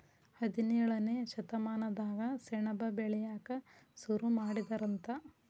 ಹದಿನೇಳನೇ ಶತಮಾನದಾಗ ಸೆಣಬ ಬೆಳಿಯಾಕ ಸುರು ಮಾಡಿದರಂತ